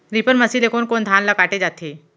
Reaper machine ले कोन कोन धान ल काटे जाथे?